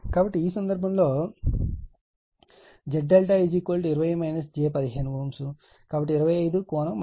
కాబట్టి ఈ సందర్భంలో Z ∆ 20 j 15 కాబట్టి 25 కోణం 36